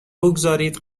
بگذارید